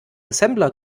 assembler